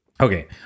Okay